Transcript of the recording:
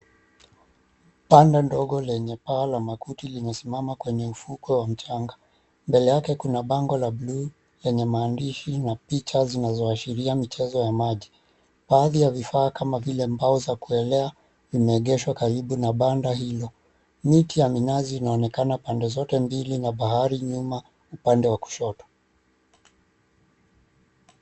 Panda ndogo lenye paa la makuti limesimama kwenye ufuko wa mchanga. Mbele yake kuna bango la buluu lenye maandishi na picha zinazoashiria michezo ya maji . Baadhi ya vifaa kama vile mbao za kuelea vimeegeshwa karibu na banda hilo. Miti ya minazi inaonekana pande zote mbili na bahari nyuma upande wa kushoto.